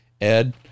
Ed